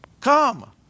Come